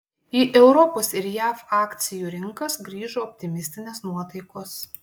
į europos ir jav akcijų rinkas grįžo optimistinės nuotaikos